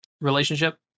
relationship